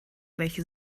welche